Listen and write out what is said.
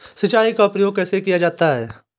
सिंचाई का प्रयोग कैसे किया जाता है?